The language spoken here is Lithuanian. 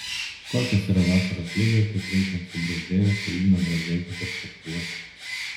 kokios yra vasaros lygoje kaip reikiant subruzdėjusio igno brazdeikio perspektyvos